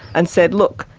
and said, look,